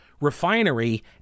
refinery